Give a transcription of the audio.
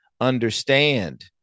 understand